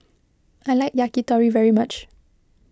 I like Yakitori very much